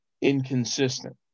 inconsistent